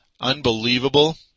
unbelievable